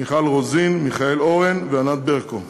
מיכל רוזין, מיכאל אורן וענת ברקו.